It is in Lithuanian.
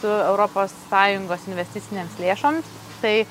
su europos sąjungos investicinėmis lėšomis tai